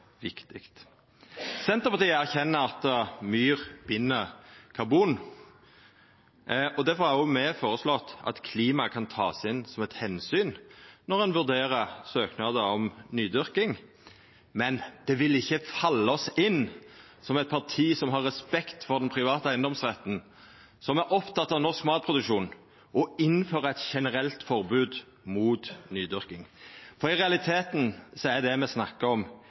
viktig. Senterpartiet erkjenner at myr bind karbon, og difor har me òg føreslått at klima kan takast inn som eit omsyn når ein vurderer søknadar om nydyrking, men det ville ikkje falla oss inn, som eit parti som har respekt for den private eigedomsretten, som er oppteken av norsk matproduksjon, å innføra eit generelt forbod mot nydyrking. For i realiteten er det me snakkar om,